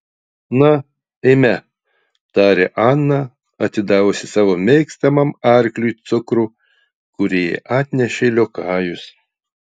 na eime tarė ana atidavusi savo mėgstamam arkliui cukrų kurį jai atnešė liokajus